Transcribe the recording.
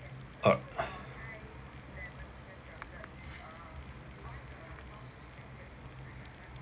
al~